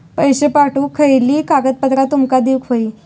पैशे पाठवुक खयली कागदपत्रा तुमका देऊक व्हयी?